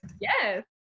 Yes